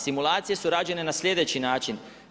Simulacije su rađene na sljedeći način.